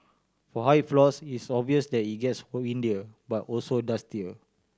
for high floors it's obvious that it gets windier but also dustier